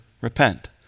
repent